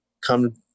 come